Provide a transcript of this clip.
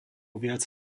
viac